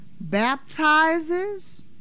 baptizes